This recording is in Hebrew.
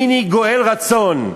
מיני גואל רצון,